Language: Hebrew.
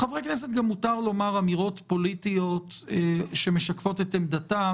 לחברי כנסת מותר גם לומר אמירות פוליטיות שמשקפות את עמדתם,